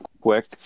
quick